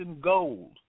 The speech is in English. gold